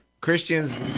Christians